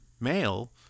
male